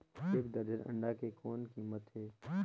एक दर्जन अंडा के कौन कीमत हे?